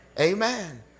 Amen